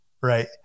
right